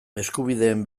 eskubideen